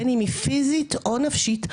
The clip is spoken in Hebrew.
בין אם היא פיזית או נפשית,